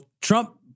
trump